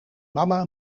mama